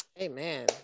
Amen